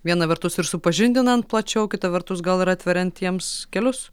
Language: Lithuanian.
viena vertus ir supažindinant plačiau kita vertus gal ir atveriant jiems kelius